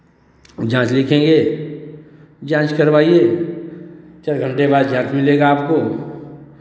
जाँच लिखेंगे जांच करवाइए छः घंटे बाद जाँच मिलेगा आपको